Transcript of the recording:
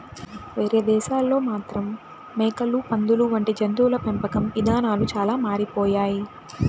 వేరే దేశాల్లో మాత్రం మేకలు, పందులు వంటి జంతువుల పెంపకం ఇదానాలు చానా మారిపోయాయి